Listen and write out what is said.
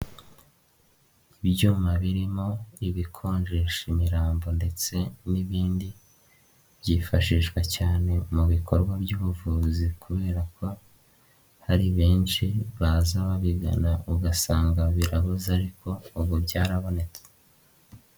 Ibyuma birimo ibikonjesha imirambo ndetse n'ibindi byifashishwa cyane mu bikorwa by'ubuvuzi kubera ko hari benshi baza babigana ugasanga birabuze ariko ubu byarabonetse.